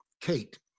Kate